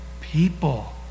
people